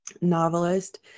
novelist